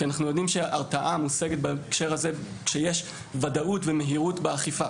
כי אנחנו יודעים שהרתעה מושגת בהקשר הזה כשיש ודאות ומהירות באכיפה,